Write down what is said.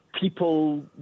People